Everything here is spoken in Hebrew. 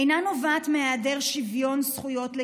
אינה נובעת מהיעדר שוויון זכויות ליהודים,